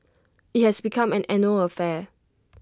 IT has become an annual affair